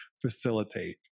facilitate